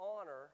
honor